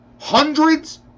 Hundreds